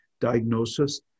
diagnosis